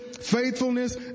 faithfulness